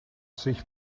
sich